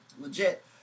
legit